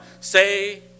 say